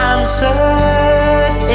Answered